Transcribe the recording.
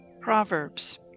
Proverbs